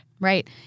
Right